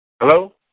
Hello